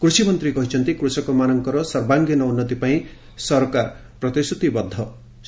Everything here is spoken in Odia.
କୃଷିମନ୍ତ୍ରୀ କହିଛନ୍ତି କୃଷକମାନଙ୍କର ସର୍ବାଙ୍ଗୀନ ଉନ୍ନତି ପାଇଁ ସରକାର ପ୍ରତିଶ୍ରତିବଦ୍ଧ ଅଛନ୍ତି